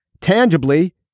Tangibly